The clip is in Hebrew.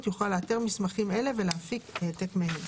יוכל לאתר מסמכים אלה ולהפיק העתק מהם.